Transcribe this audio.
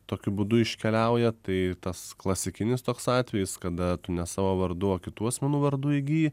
tokiu būdu iškeliauja tai tas klasikinis toks atvejis kada tu ne savo o vardu kitų asmenų vardu įgyji